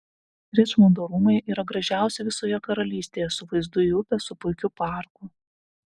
ričmondo rūmai yra gražiausi visoje karalystėje su vaizdu į upę su puikiu parku